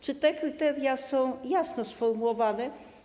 Czy te kryteria są jasno sformułowane?